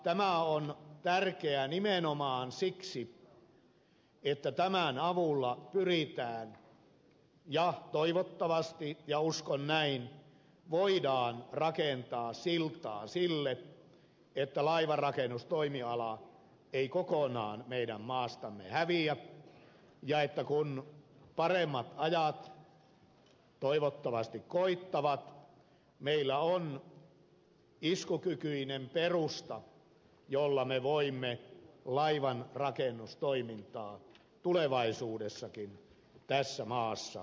tämä on tärkeä nimenomaan siksi että tämän avulla pyritään ja toivottavasti ja uskon näin voidaan rakentaa siltaa sille että laivanrakennustoimiala ei kokonaan meidän maastamme häviä ja että kun paremmat ajat toivottavasti koittavat meillä on iskukykyinen perusta jolla me voimme laivanrakennustoimintaa tulevaisuudessakin tässä maassa harjoittaa